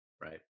right